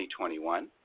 2021